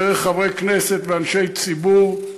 דרך חברי כנסת ואנשי ציבור,